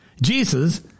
Jesus